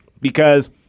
because-